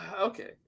Okay